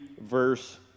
verse